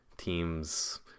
Teams